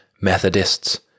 Methodists